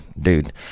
Dude